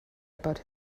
about